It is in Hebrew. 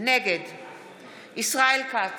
נגד ישראל כץ,